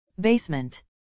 basement